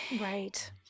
Right